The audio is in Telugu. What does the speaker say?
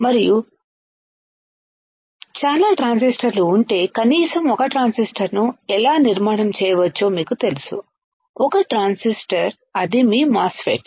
మరియు చాలా ట్రాన్సిస్టర్లు ఉంటే కనీసం ఒక ట్రాన్సిస్టర్ను ఎలా నిర్మాణం చేయవచ్చో మీకు తెలుసుఒక ట్రాన్సిస్టర్ అది మీ మాస్ ఫెట్